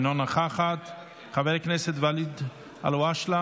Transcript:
אינה נוכחת, חבר הכנסת ואליד אלהואשלה,